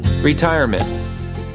Retirement